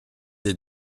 des